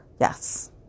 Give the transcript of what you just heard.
yes